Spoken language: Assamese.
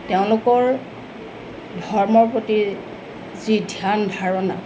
তেওঁলোকৰ ধৰ্মৰ প্ৰতি যি ধ্যান ধাৰণা